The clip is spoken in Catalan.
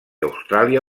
austràlia